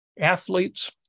Athletes